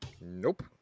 Nope